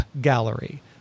gallery